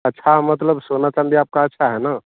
अच्छा मतलब सोना चाँदी आपका अच्छा है न